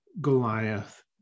Goliath